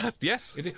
Yes